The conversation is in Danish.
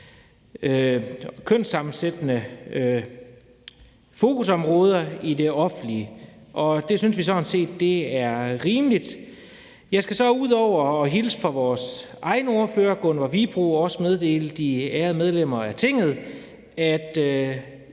kønssammensætningsmæssige fokusområder i det offentlige, og det synes vi sådan set er rimeligt. Jeg skal så ud over at hilse fra vores egen ordfører, fru Gunvor Wibroe, også meddele de ærede medlemmer af Tinget,